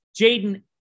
Jaden